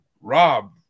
rob